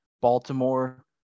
Baltimore